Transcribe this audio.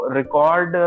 record